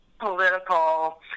political